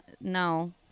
No